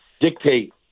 dictate